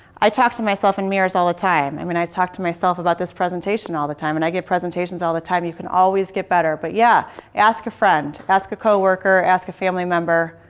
i talk to myself in mirrors all the time. i mean, i talk to myself about this presentation all the time, and i get presentations all the time. you can always get better, but yeah ask a friend. ask a co-worker. ask a family member.